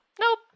Nope